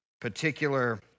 particular